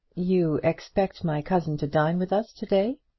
you expect my cousin to dine with us to-day?